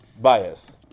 bias